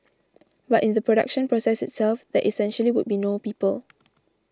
but in the production process itself that essentially would be no people